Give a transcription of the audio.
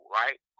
right